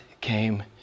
came